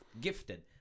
Gifted